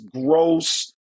gross